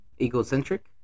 Egocentric